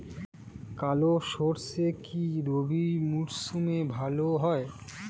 কালো সরষে কি রবি মরশুমে ভালো হয়?